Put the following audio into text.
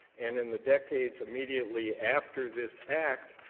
and in the decades immediately after this act,